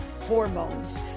hormones